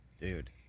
Dude